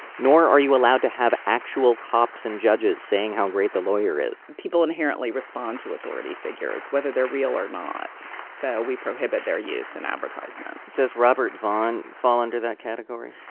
nor are you allowed to have actual cops and judges saying how great the lawyer is people inherently respond to authority figures whether they're real or not so we prohibit their use in advertisements does robert vaughn fall into that category?